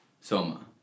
Soma